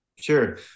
Sure